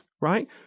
right